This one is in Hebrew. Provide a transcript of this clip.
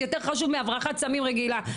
יותר חשוב מהברחת סמים רגילה,